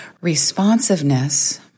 Responsiveness